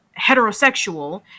heterosexual